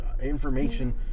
information